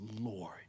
Lord